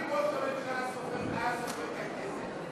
אם ראש הממשלה היה סופר את הכנסת,